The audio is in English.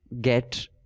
get